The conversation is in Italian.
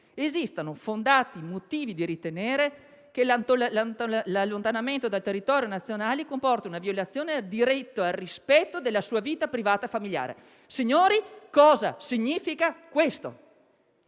esistano fondati motivi di ritenere che l'allontanamento dal territorio nazionale comporti una violazione al diritto e al rispetto della sua vita privata familiare. Colleghi, cosa significa questo?